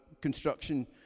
construction